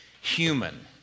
human